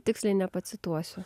tiksliai nepacituosiu